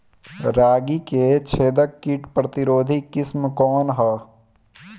रागी क छेदक किट प्रतिरोधी किस्म कौन ह?